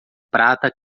prata